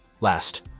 Last